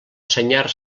senyar